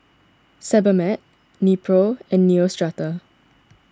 Sebamed Nepro and Neostrata